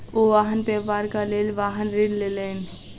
ओ वाहन व्यापारक लेल वाहन ऋण लेलैन